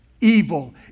evil